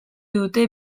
dute